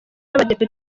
n’abadepite